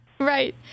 Right